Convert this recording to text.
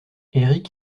éric